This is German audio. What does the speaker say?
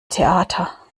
theater